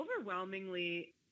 overwhelmingly